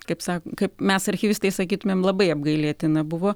kaip sako kaip mes archyvistai sakytumėm labai apgailėtina buvo